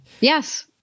Yes